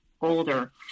older